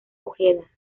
ojeda